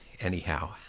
Anyhow